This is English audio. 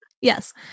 Yes